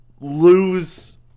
lose